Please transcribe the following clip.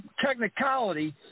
technicality